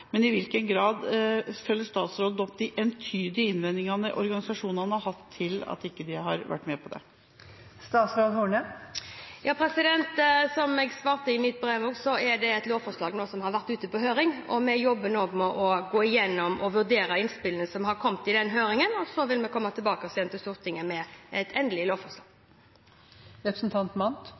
I hvilken grad følger statsråden opp de entydige innvendingene organisasjonene har hatt til at de ikke har vært med på det? Som jeg svarte i mitt brev, har et lovforslag nå vært ute på høring. Vi jobber nå med å gå igjennom og vurdere innspillene som har kommet i høringen. Så vil vi komme tilbake til Stortinget med et endelig